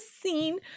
scene